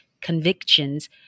convictions